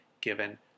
given